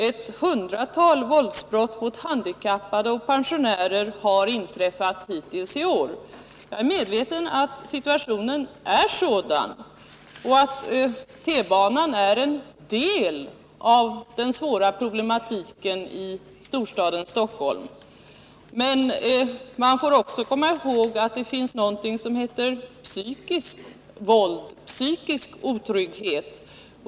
Ett hundratal våldsbrott mot handikappade och pensionärer har inträffat hittills i år. Jag är medveten om att situationen är sådan och att T-banan är en del av den svåra problematiken i storstaden Stockholm. Men man får också komma ihåg att det finns någonting som heter psykisk otrygghet.